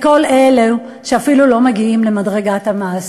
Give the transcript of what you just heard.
לכל אלה שאפילו לא מגיעים למדרגת המס.